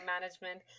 management